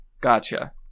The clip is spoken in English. Gotcha